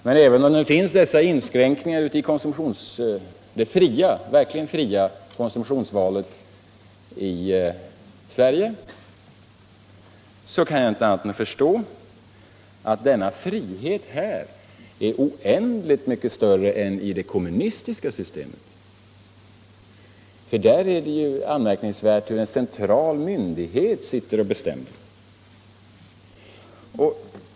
Men även om det finns inskränkningar i det verkligt fria konsumtionsvalet i Sverige, så kan jag inte förstå annat än att denna frihet här är oändligt mycket större än i det kommunistiska systemet. Där är det ju en central myndighet som sitter och bestämmer.